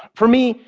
for me,